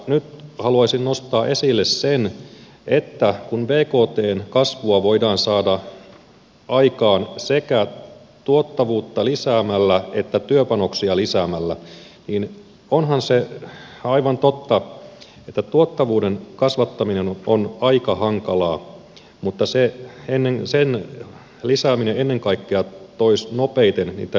nyt haluaisin nostaa esille sen että kun bktn kasvua voidaan saada aikaan sekä tuottavuutta lisäämällä että työpanoksia lisäämällä niin onhan se aivan totta että tuottavuuden kasvattaminen on aika hankalaa mutta sen lisääminen ennen kaikkea toisi nopeiten niitä lisähyötyjä